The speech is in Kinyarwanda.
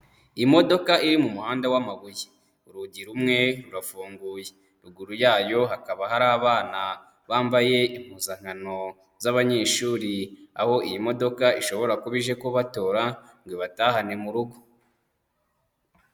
Imodoka iri mu muhanda w'amabuye, urugi rumwe rurafunguye, ruguru yayo hakaba hari abana bambaye impuzankano z'abanyeshuri, aho iyi modoka ishobora kuba ije kubatora ngo ibatahane mu rugo.